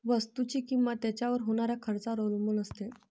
वस्तुची किंमत त्याच्यावर होणाऱ्या खर्चावर अवलंबून असते